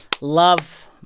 Love